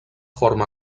forma